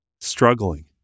struggling